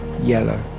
yellow